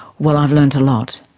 well i've learned a lot,